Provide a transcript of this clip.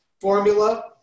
formula